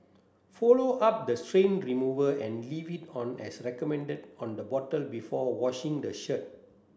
follow up the stain remover and leave it on as recommended on the bottle before washing the shirt